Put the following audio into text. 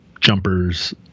jumpers